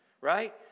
right